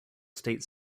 state